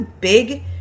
big